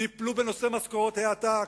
טיפלו בנושא משכורות העתק,